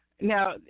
Now